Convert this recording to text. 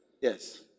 yes